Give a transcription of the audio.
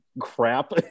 crap